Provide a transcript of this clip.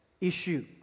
issue